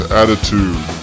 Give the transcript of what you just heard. attitude